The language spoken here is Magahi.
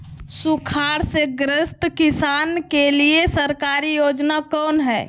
सुखाड़ से ग्रसित किसान के लिए सरकारी योजना कौन हय?